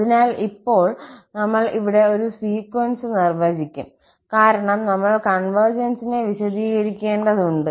അതിനാൽ ഇപ്പോൾ നമ്മൾ ഇവിടെ ഒരു സീക്വൻസ് നിർവ്വചിക്കും കാരണം നമ്മൾ കൺവെർജൻസിനെ കുറിച്ച് ചർച്ച ചെയ്യുമ്പോൾ ഒരു സീക്വൻസ് വിശദീകരിക്കേണ്ടതുണ്ട്